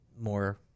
more